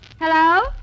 Hello